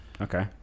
Okay